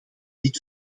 dit